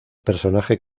personaje